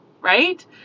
right